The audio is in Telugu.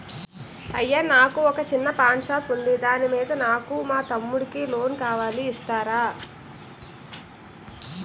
అయ్యా నాకు వొక చిన్న పాన్ షాప్ ఉంది దాని మీద నాకు మా తమ్ముడి కి లోన్ కావాలి ఇస్తారా?